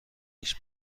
هیچ